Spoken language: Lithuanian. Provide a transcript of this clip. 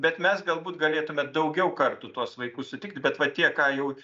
bet mes galbūt galėtume daugiau kartų tuos vaikus sutikt bet vat tie ką jau